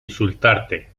insultarte